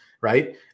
right